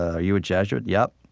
are you a jesuit? yep.